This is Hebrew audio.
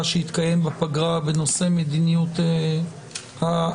שיתקיים בפגרה בנושא מדיניות ההגבלות